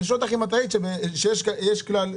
הבנתי שיש כלל.